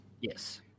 Yes